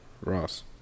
Ross